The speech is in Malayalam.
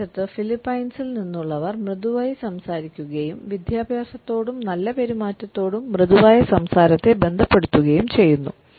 മറുവശത്ത് ഫിലിപ്പൈൻസിൽ നിന്നുള്ളവർ മൃദുവായി സംസാരിക്കുകയും വിദ്യാഭ്യാസത്തോടും നല്ല പെരുമാറ്റത്തോടും മൃദുവായ സംസാരത്തെ ബന്ധപ്പെടുത്തുകയും ചെയ്യുന്നു